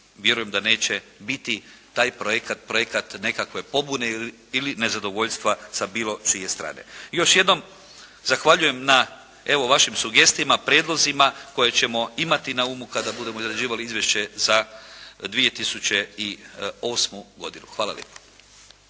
vjerujem da neće biti taj projekat, projekat nekakve pobune ili nezadovoljstva sa bilo čije strane. Još jednom zahvaljujem na, evo, vašim sugestijama, prijedlozima koje ćemo imati na umu kada budemo izrađivali izvješće za 2008. godinu. Hvala lijepo.